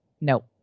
no